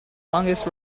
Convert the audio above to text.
longest